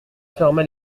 ferma